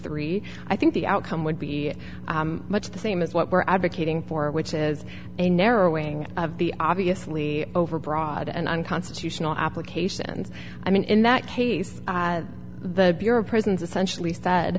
three i think the outcome would be much the same as what we're advocating for which is a narrowing of the obviously overbroad and unconstitutional applications i mean in that case the euro presence essentially said